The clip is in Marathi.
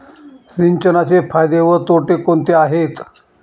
सिंचनाचे फायदे व तोटे कोणते आहेत?